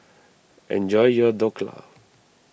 enjoy your Dhokla